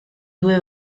due